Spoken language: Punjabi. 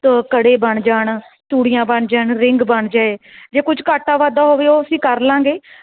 ਦੋ ਕੜੇ ਬਣ ਜਾਣ ਚੂੜੀਆਂ ਬਣ ਜਾਣ ਰਿੰਗ ਬਣ ਜਾਵੇ ਜੇ ਕੁਝ ਘਾਟਾ ਵਾਧਾ ਹੋਵੇ ਉਹ ਅਸੀਂ ਕਰ ਲਵਾਂਗੇ